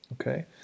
okay